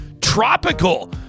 tropical